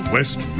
West